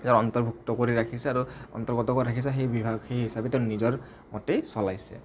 অন্তৰ্ভুক্ত কৰি ৰাখিছে আৰু অন্তৰ্গত কৰি ৰাখিছে সেই বিভাগ সেই হিচাপে তেওঁ নিজৰ মতেই চলাইছে